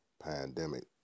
pandemic